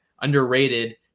Underrated